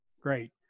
great